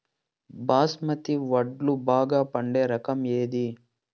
బాస్మతి వడ్లు బాగా పండే రకం ఏది